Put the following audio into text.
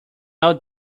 old